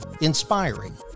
Inspiring